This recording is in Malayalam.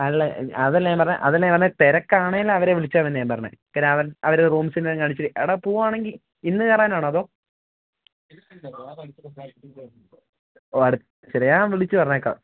അല്ല അതല്ല ഞാൻ പറഞ്ഞ അതല്ല ഞാൻ പറഞ്ഞ തിരക്കാണേൽ അവരെ വിളിച്ചാൽ മതി എന്നാ ഞാൻ പറഞ്ഞത് കാര്യം അവർ അവർ റൂംസ് എല്ലാം കാണിച്ച എടാ പോവാണെങ്കിൽ ഇന്ന് കയറാൻ ആണോ അതോ ഓ ശരി ഞാൻ വിളിച്ച് പറഞ്ഞേക്കാം